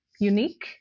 unique